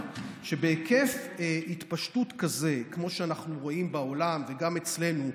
אז אני מסביר לך שבהיקף התפשטות כזה כמו שאנחנו רואים בעולם וגם אצלנו,